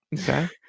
okay